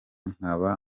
nkaba